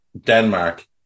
Denmark